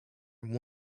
than